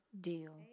deal